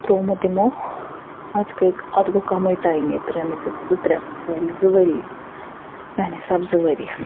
ترومُت یِمو اتھ گے اتھ گوٚو کمی ٹایم ییٚتہِ ترٲیمٕتِس زٕ ترےٚ زٕ ؤری میانہِ حِساب زٕ ؤری